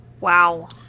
Wow